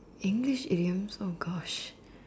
English idioms !oh-gosh!